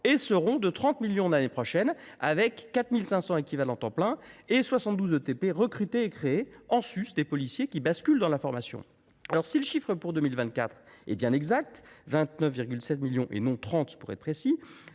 et seront de 30 millions l’année prochaine, avec 4 500 équivalents temps plein et 72 ETP recrutés et créés, en sus des policiers qui basculent dans la formation. » Si le chiffre pour 2024 est bien exact, soit 29,7 millions d’euros pour être précis,